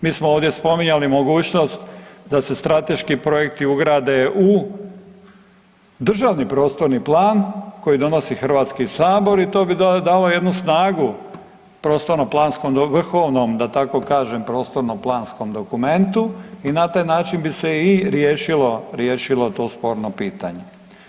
Mi smo ovdje spominjali mogućnost da se strateški projekti ugrade u državni prostorni plan koji donosi HS i to bi dalo jednu snagu prostorno planskom, vrhovnom da tako kažem prostorno planskom dokumentu i na taj način bi se i riješilo, riješilo to sporno pitanje.